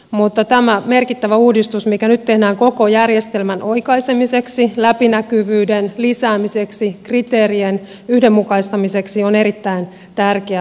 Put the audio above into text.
mutta tämä merkittävä uudistus mikä nyt tehdään koko järjestelmän oikaisemiseksi läpinäkyvyyden lisäämiseksi kriteerien yhdenmukaistamiseksi on erittäin tärkeä askel